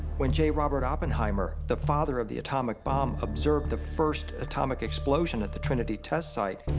when j. robert oppenheimer, the father of the atomic bomb, observed the first atomic explosion at the trinity test site,